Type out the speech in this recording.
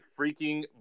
freaking